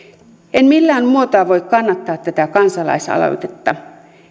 en millään muotoa voi kannattaa tätä kansalaisaloitetta